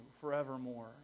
forevermore